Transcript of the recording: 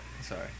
sorry